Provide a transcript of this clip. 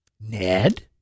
Ned